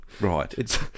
Right